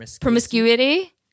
Promiscuity